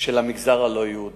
של המגזר הלא-יהודי.